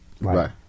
Right